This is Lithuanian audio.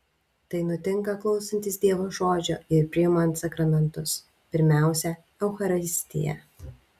tai nutinka klausantis dievo žodžio ir priimant sakramentus pirmiausia eucharistiją